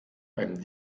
beim